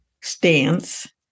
stance